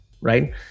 Right